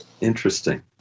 Interesting